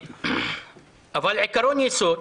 אבל עיקרון יסוד,